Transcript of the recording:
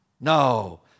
No